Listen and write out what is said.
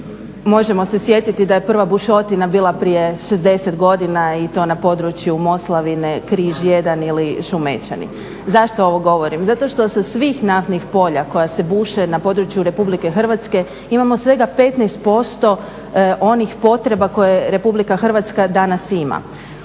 možemo se sjetiti da je prva bušotina bila prije 60 godina i to na području Moslavine, Križ 1 ili Šumećani. Zašto ovo govorim? Zato što se sa svih naftnih polja koja se buše na području RH imamo svega 15% onih potreba koje RH danas ima.